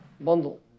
bundle